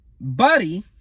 buddy